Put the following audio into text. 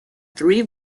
three